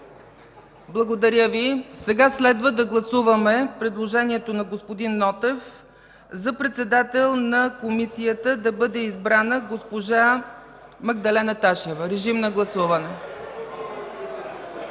от ГЕРБ и ПФ.) Сега следва да гласуваме предложението на господин Нотев за председател на Комисията да бъде избрана госпожа Магдалена Ташева. Режим на гласуване. (Шум